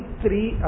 three